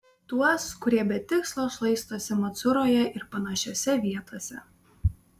tuos kurie be tikslo šlaistosi macuroje ir panašiose vietose